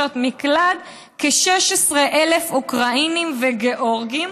מקלט כ-16,000 אוקראינים וגיאורגים,